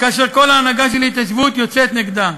וכל ההנהגה של ההתיישבות יוצאת נגדן.